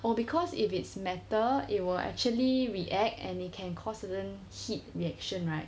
oh because if it's metal it will actually react and it can cause certain heat reaction right